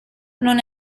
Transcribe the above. non